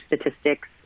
statistics